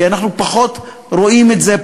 כי אנחנו פחות רואים את זה,